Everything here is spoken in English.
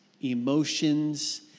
emotions